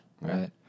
right